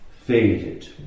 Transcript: faded